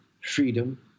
freedom